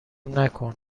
نکن